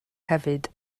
hefyd